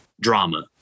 drama